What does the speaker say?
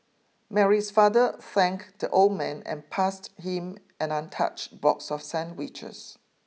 Mary's father thanked the old man and passed him an untouched box of sandwiches